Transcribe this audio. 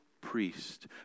priest